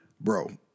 bro